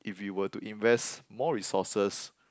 if you were to invest more resources